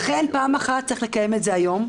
לכן פעם אחת צריך לקיים את זה היום.